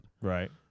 right